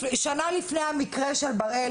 שנה לפני המקרה של בראל,